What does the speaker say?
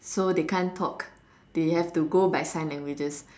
so they can't talk they have to go by sign languages